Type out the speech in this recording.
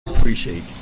Appreciate